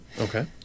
Okay